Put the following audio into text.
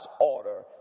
order